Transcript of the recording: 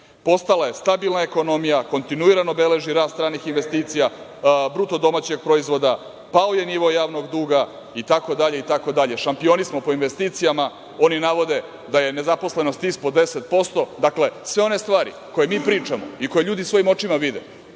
Postala je stabilna ekonomija, kontinuirano beleži rast ranih investicija, BDP, pao je nivo javnog duga itd. Šampioni smo po investicijama, oni navode da je nezaposlenost ispod 10%.Dakle, sve one stvari koje mi pričamo i koje ljudi svojim očima vide,